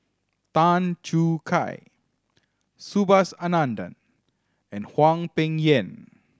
Tan Choo Kai Subhas Anandan and Hwang Peng Yuan